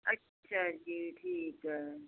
ਅੱਛਾ ਜੀ ਠੀਕ ਹੈ